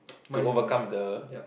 to overcome the